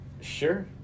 Sure